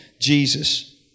Jesus